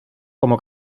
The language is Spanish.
como